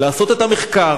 לעשות את המחקר,